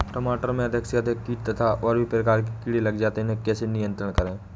टमाटर में अधिक से अधिक कीट तथा और भी प्रकार के कीड़े लग जाते हैं इन्हें कैसे नियंत्रण करें?